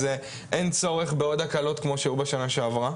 אז אין צורך בעוד הקלות כמו שהיו בשנה שעברה.